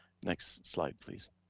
next slide, please.